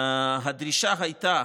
הדרישה הייתה